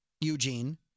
Eugene